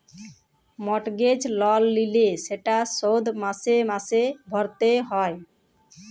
mortgage লল লিলে সেট শধ মাসে মাসে ভ্যইরতে হ্যয়